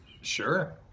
Sure